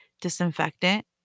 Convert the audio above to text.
disinfectant